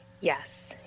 Yes